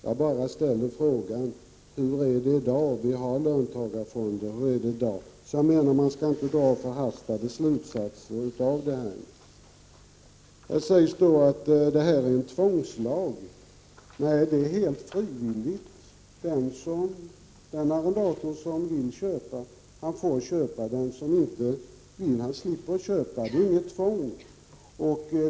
Jag ställer bara frågan: Vi har löntagarfonder — hur är det i dag? Jag menar alltså att man inte skall dra förhastade slutsatser av det här. Här sägs att det är fråga om en tvångslag. Nej, det är helt frivilligt — den arrendator som vill köpa får köpa; den som inte vill köpa slipper. Det är inget tvång.